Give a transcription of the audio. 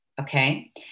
Okay